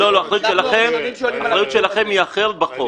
לא, האחריות שלכם היא אחרת בחוק.